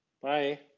Bye